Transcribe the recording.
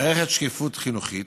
מערכת שקיפות חינוכית.